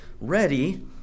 ready